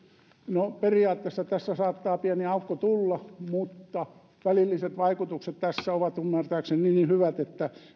no periaatteessa tässä saattaa pieni aukko tulla mutta välilliset vaikutukset tässä ovat ymmärtääkseni niin hyvät että